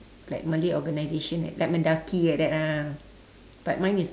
like malay organisation like like mendaki like that ah but mine is